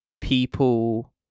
people